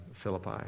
Philippi